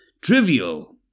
trivial